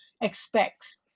expects